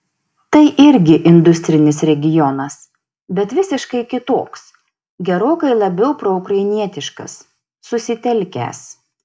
tai irgi industrinis regionas bet visiškai kitoks gerokai labiau proukrainietiškas susitelkęs